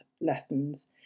lessons